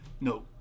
No